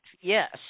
yes